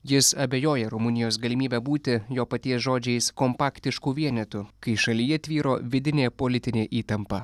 jis abejoja rumunijos galimybe būti jo paties žodžiais kompaktišku vienetu kai šalyje tvyro vidinė politinė įtampa